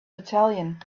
battalion